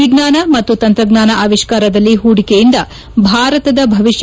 ವಿಜ್ಞಾನ ಮತ್ತು ತಂತ್ರಜ್ಞಾನ ಆವಿಷ್ಕಾರದಲ್ಲಿ ಹೂಡಿಕೆಯಿಂದ ಭಾರತದ ಭವಿಷ್ಯ